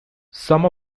some